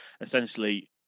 essentially